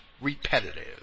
repetitive